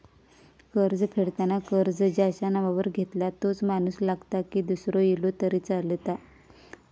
कर्ज फेडताना कर्ज ज्याच्या नावावर घेतला तोच माणूस लागता की दूसरो इलो तरी चलात?